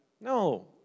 No